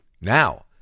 Now